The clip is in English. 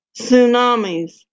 tsunamis